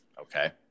Okay